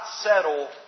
settle